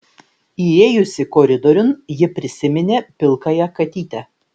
įėjusi koridoriun ji prisiminė pilkąją katytę